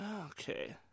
Okay